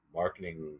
marketing